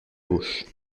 gauche